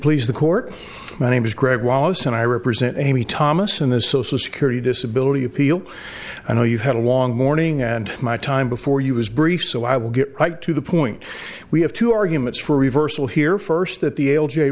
please the court my name is greg lalas and i represent amy thomas in the social security disability appeal i know you had a long morning and my time before you was brief so i will get right to the point we have two arguments for reversal here first that the l j